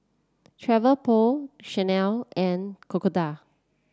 Travelpro Chanel and Crocodile